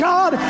God